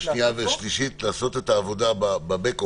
השלישית לעשות את העבודה ב"בק אופיס",